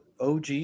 OG